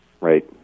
Right